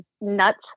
nuts